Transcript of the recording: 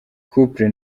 couple